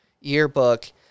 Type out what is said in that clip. yearbook